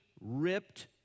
ripped